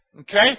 Okay